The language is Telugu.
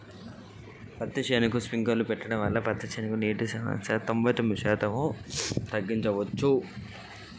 పత్తి పంటకు స్ప్రింక్లర్లు ఉపయోగించడం వల్ల నీటి సమస్యను తొలగించవచ్చా?